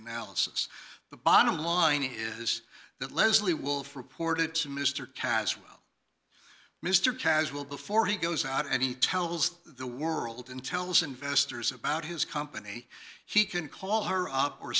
analysis the bottom line is that leslie wolf reported to mr caswell mr casual before he goes out and he tells the world and tells investors about his company he can call her up or